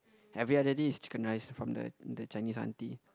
every other day is chicken rice from the the Chinese auntie